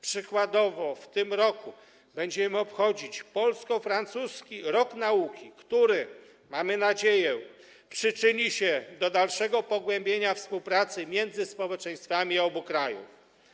Przykładowo w tym roku będziemy obchodzić polsko-francuski rok nauki, który, mamy nadzieję, przyczyni się do dalszego pogłębienia współpracy między społeczeństwami obu krajów.